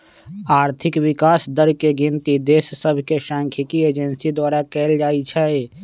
आर्थिक विकास दर के गिनति देश सभके सांख्यिकी एजेंसी द्वारा कएल जाइ छइ